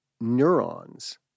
neurons